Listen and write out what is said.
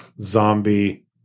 zombie